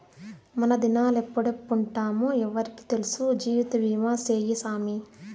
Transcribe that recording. మనదినాలెప్పుడెప్పుంటామో ఎవ్వురికి తెల్సు, జీవితబీమా సేయ్యి సామీ